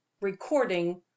Recording